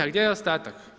A gdje je ostatak?